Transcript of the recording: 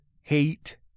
Hate